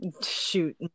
Shoot